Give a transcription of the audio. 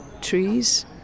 trees